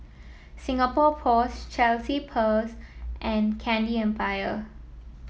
Singapore Post Chelsea Peers and Candy Empire